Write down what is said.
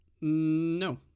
No